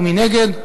מי נגד?